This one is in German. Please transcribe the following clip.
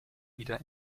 wieder